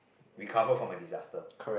recover from a disaster